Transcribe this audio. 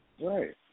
Right